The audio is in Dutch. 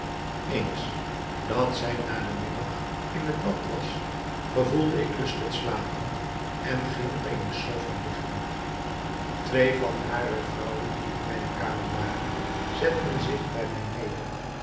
eens dat zij na den middag in het bad was gevoelde ik lust tot slapen en ging op eene sofa liggen twee van hare vrouwen die in mijne kamer waren zetten zich bij mij neder